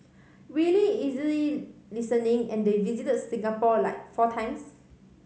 really easily listening and they visit Singapore like four times